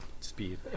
speed